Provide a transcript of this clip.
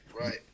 Right